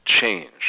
change